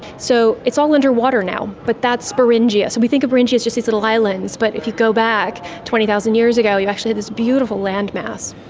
so it's all under water now, but that's beringia. so we think of beringia as just these little islands, but if you go back twenty thousand years ago you actually had this beautiful land mass.